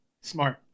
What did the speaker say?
Smart